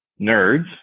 nerds